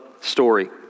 story